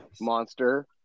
Monster